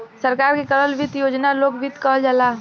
सरकार के करल वित्त योजना लोक वित्त कहल जाला